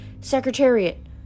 Secretariat